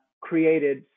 created